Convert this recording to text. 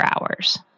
hours